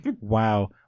Wow